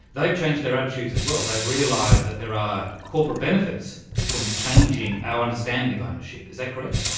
they've changed their attitudes as well. they've realised that there are corporate benefits from changing our understanding of ownership, is that correct?